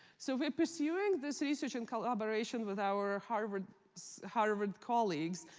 so we're pursuing this research in collaboration with our harvard harvard colleagues.